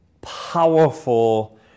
powerful